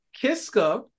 Kiska